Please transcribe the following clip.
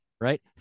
right